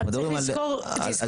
אנחנו מדברים על תקרה מסוימת.